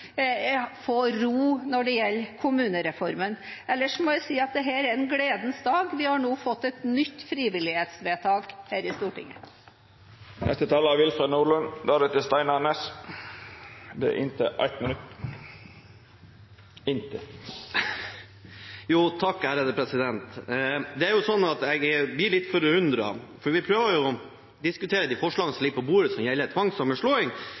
få ro når det gjelder kommunereformen? Ellers må jeg si at dette er en gledens dag. Vi har nå fått et nytt frivillighetsvedtak her i Stortinget. Representanten Willfred Nordlund har hatt ordet to gonger tidlegare og får ordet til ein kort merknad, avgrensa til 1 minutt. Jeg blir litt forundret, for vi prøver jo å diskutere de forslagene som ligger på bordet som gjelder tvangssammenslåing,